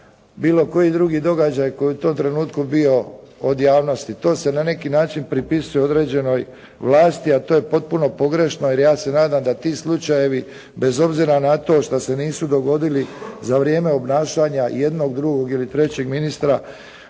bilo koji drugi događaj koji u tom trenutku bio od javnosti. To se na neki način pripisuje određenoj vlasti, a to je potpuno pogrešno jer ja se nadam da ti slučajevi bez obzira na to što se nisu dogodili za vrijeme obnašanja jednog, drugog ili trećeg ministra,